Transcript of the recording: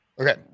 Okay